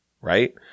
right